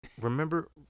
Remember